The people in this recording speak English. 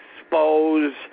expose